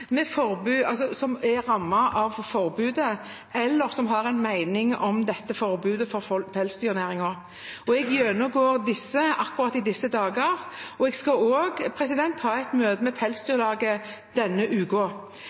som er rammet av forbudet, eller som har en mening om dette forbudet for pelsdyrnæringen. Jeg gjennomgår dem akkurat i disse dager, og jeg skal også ha et møte med Pelsdyralslaget denne